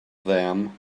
them